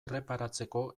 erreparatzeko